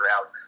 out